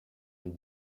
les